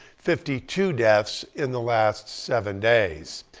fifty two deaths in the last seven days.